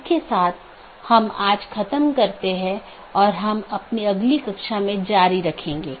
इसके साथ ही आज अपनी चर्चा समाप्त करते हैं